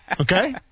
Okay